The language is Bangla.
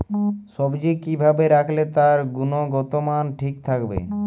সবজি কি ভাবে রাখলে তার গুনগতমান ঠিক থাকবে?